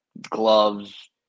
gloves